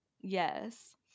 Yes